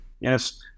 yes